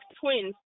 twins